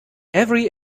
every